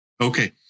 Okay